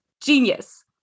genius